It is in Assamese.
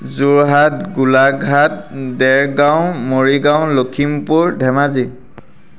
যোৰহাট গোলাঘাট ডেৰগাঁও মৰিগাঁও লখিমপুৰ ধেমাজি